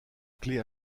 clef